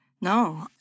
No